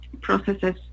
processes